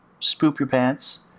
spoop-your-pants